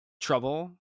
Trouble